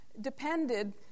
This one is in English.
depended